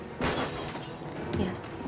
Yes